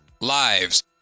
lives